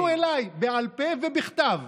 פנו אליי בעל פה ובכתב.